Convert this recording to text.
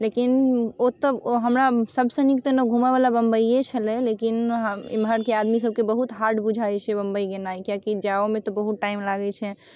लेकिन ओतऽ हमरा सबसँ नीक तऽ नहि घुमैवला बम्बइए छलै लेकिन हम एम्हरके आदमीसबके बहुत हार्ड बुझाए छै बम्बइ गेनाए कियाकि जाइओमे तऽ बहुत टाइम लगै छै